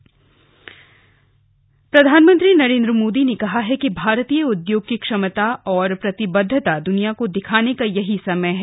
आत्मनिर्भर भारत निर्माण प्रधानमंत्री नरेन्द्र मोदी ने कहा है कि भारतीय उद्योग की क्षमता और प्रतिबद्धता दुनिया को दिखाने का यही समय है